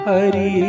Hari